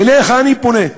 אליך אני פונה.